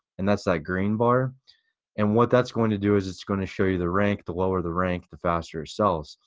and that's that green bar and what that's going to do is it's going to show you the rank, the lower the rank the faster it sells.